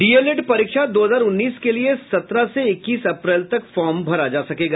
DElEd परीक्षा दो हजार उन्नीस के लिये सत्रह से इक्कीस अप्रैल तक फॉर्म भरा जा सकेगा